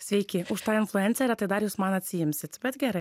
sveiki už tą influencerę tai dar jūs man atsiimsit bet gerai